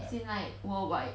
as in like worldwide